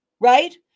right